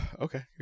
Okay